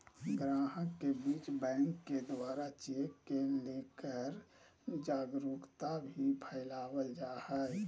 गाहक के बीच बैंक के द्वारा चेक के लेकर जागरूकता भी फैलावल जा है